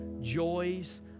joys